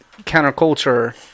Counterculture